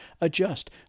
adjust